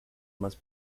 must